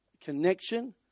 connection